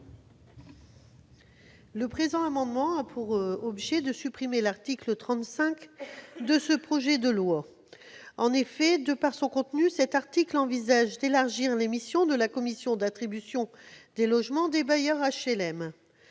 Le présent amendement a pour objet de supprimer l'article 35 du projet de loi. En effet, le dispositif de cet article prévoit d'élargir les missions de la commission d'attribution des logements, ou CAL, des bailleurs HLM.